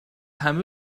همه